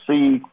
see –